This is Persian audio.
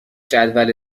جدول